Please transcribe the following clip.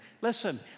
listen